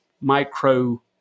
micro